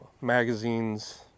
Magazines